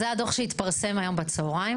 זה הדו"ח שיתפרסם היום בצהריים.